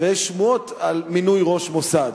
אבל יש שמועות על מינוי ראש המוסד.